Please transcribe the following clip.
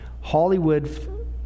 Hollywood